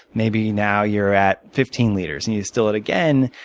maybe now, you're at fifteen liters. and you distill it again,